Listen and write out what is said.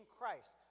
Christ